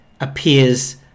appears